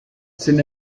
sin